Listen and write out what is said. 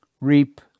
reap